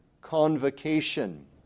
convocation